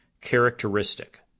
characteristic